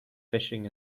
fishing